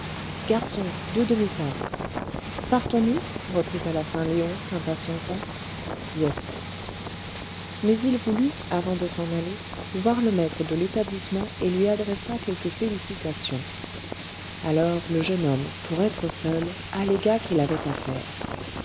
garçon deux demitasses partons-nous reprit à la fin léon s'impatientant yes mais il voulut avant de s'en aller voir le maître de l'établissement et lui adressa quelques félicitations alors le jeune homme pour être seul allégua qu'il avait affaire